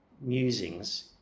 musings